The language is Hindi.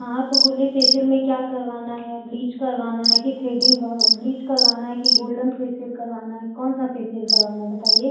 हाँ तो बोलिए फेसियल में क्या करवाना है ब्लीच करवाना है कि थ्रेडिंग ब्लीच करवाना है कि गोल्डन फेसियल करवाना है कौन सा फेसियल करवाना है बताइए